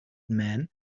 men